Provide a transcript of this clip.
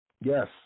Yes